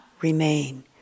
remain